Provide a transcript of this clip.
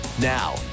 Now